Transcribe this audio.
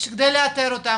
שכדי לאתר אותם,